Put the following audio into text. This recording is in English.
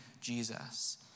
Jesus